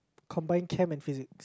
combined Chem and Physics